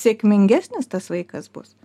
sėkmingesnis tas vaikas bus